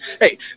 Hey